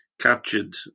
captured